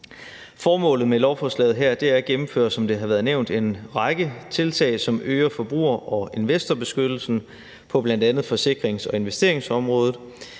Formålet med lovforslaget her er at gennemføre, som det har været nævnt, en række tiltag, som øger forbruger- og investorbeskyttelsen på bl.a. forsikrings- og investeringsområdet.